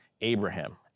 Abraham